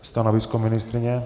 Stanovisko ministryně?